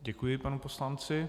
Děkuji panu poslanci.